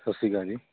ਸਤਿ ਸ਼੍ਰੀ ਅਕਾਲ ਜੀ